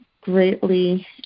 greatly